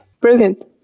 Brilliant